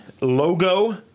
logo